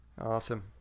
Awesome